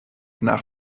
nach